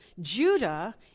Judah